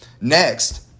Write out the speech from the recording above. next